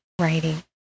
writing